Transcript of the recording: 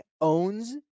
owns